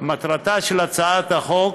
מטרתה של הצעת החוק